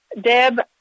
Deb